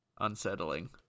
unsettling